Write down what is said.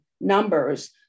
numbers